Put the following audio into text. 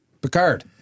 Picard